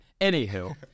Anywho